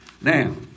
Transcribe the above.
Now